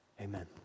Amen